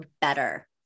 better